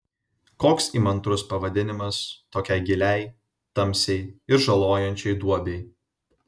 koks įmantrus pavadinimas tokiai giliai tamsiai ir žalojančiai duobei